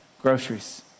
groceries